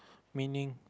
meaning